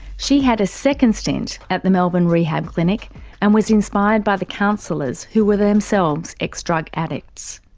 she had a second stint at the melbourne rehab clinic and was inspired by the counsellors who were themselves ex-drug addicts.